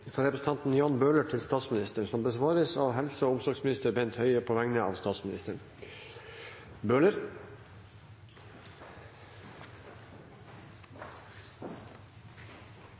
fra representanten Jan Bøhler til statsministeren, vil bli besvart av helse- og omsorgsministeren på vegne av statsministeren.